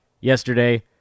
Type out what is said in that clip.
yesterday